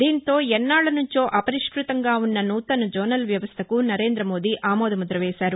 దీంతో ఎన్నాక్భనుంచో అపరిష్ణతంగా ఉన్న నూతన జోనల్ వ్యవస్థకు నరేంద్రమోదీ ఆమోదముద్ర వేశారు